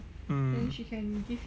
mm